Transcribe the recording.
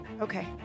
okay